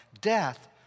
death